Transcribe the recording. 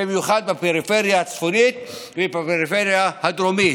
במיוחד בפריפריה הצפונית ובפריפריה הדרומית.